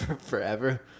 forever